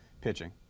pitching